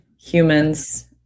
humans